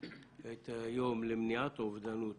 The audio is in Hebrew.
את היום למניעת אובדנות